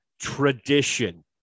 tradition